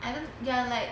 I don't ya like